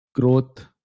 growth